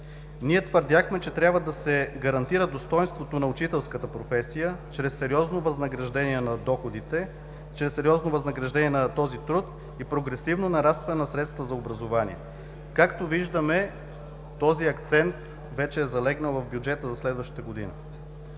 ние твърдяхме, че трябва да се гарантира достойнството на учителската професия чрез сериозно възнаграждение на този труд и прогресивно нарастване на средствата за образование. Както виждаме, този акцент вече е залегнал в бюджета за следващата година.